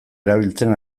erabiltzen